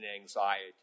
anxiety